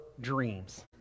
dreams